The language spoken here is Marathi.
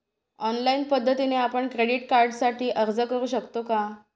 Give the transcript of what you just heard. ऑनलाईन पद्धतीने आपण क्रेडिट कार्डसाठी अर्ज करु शकतो का?